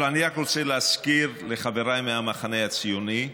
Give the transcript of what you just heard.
אבל אני רק רוצה להזכיר לחבריי מהמחנה הציוני,